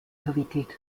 verwickelt